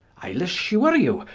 ile assure you,